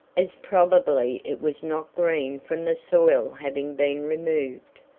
as probably it was not green from the soil having been removed.